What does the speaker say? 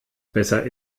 besser